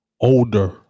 older